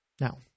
Now